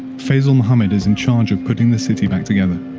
faisal muhammad is in charge of putting the city back together.